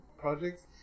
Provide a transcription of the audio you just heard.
projects